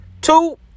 Two